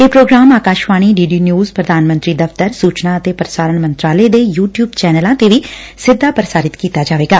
ਇਹ programme Akashvani D D news ਪ੍ਰਧਾਨ ਮੰਤਰੀ ਦਫ਼ਤਰ ਸੂਚਨਾ ਅਤੇ ਪ੍ਰਸਾਰਣ ਮੰਤਰਾਲੇ ਦੇ ਯੂ ਟਿਊਬ ਚੈਨਲਾਂ ਤੇ ਵੀ ਸਿੱਧਾ ਪੁਸਾਰਿਤ ਕੀਤਾ ਜਾਵੇਗਾ